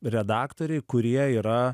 redaktoriai kurie yra